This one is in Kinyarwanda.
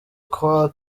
croix